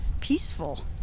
peaceful